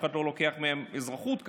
אף אחד לא לוקח מהם את האזרחות כמובן,